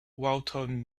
walton